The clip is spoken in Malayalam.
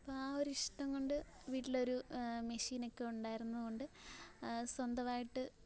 അപ്പോൾ ആ ഒരിഷ്ടം കൊണ്ട് വീട്ടിലൊരു മെഷീനൊക്കെ ഉണ്ടായിരുന്നതുകൊണ്ട് സ്വന്തമായിട്ട്